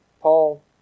Paul